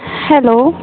hello